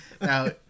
Now